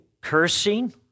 cursing